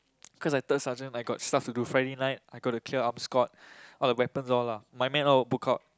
cause I third sergeant I got stuff to do Friday night I gonna clear arm skirt all the weapons all lah my man will all book out